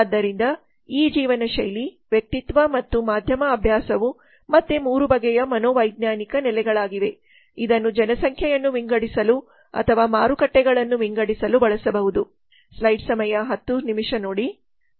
ಆದ್ದರಿಂದ ಈ ಜೀವನಶೈಲಿ ವ್ಯಕ್ತಿತ್ವ ಮತ್ತು ಮಾಧ್ಯಮ ಅಭ್ಯಾಸವು ಮತ್ತೆ 3 ಬಗೆಯ ಮನೋವೈಜ್ಞಾನಿಕ ನೆಲೆಗಳಾಗಿವೆ ಇದನ್ನು ಜನಸಂಖ್ಯೆಯನ್ನು ವಿಂಗಡಿಸಲು ಅಥವಾ ಮಾರುಕಟ್ಟೆಗಳನ್ನು ವಿಂಗಡಿಸಲು ಬಳಸಬಹುದು